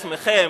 מעצמכם,